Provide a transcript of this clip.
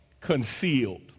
concealed